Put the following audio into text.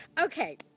Okay